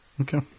Okay